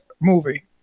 movie